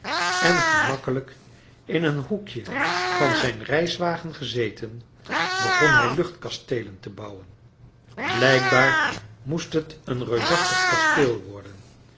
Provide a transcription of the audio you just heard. en gemakkelijk in een hoekje van zijn reiswagen gezeten begon hij luchtkasteelen te bouwen blijkbaar moest het een reusachtig kasteel worden